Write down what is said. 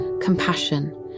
compassion